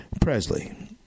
Presley